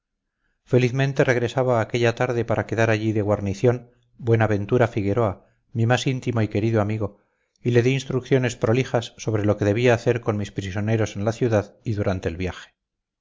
felizmente regresaba aquella tarde para quedar allí de guarnición buenaventura figueroa mi más íntimo y querido amigo y le di instrucciones prolijas sobre lo que debía hacer con mis prisioneros en la ciudad y durante el viaje